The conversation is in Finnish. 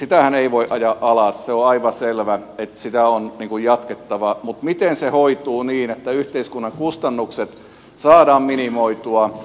sitähän ei voi ajaa ajas se on aivan selvä että sitä on jatkettava mutta miten se hoituu niin että yhteiskunnan kustannukset saadaan minimoitua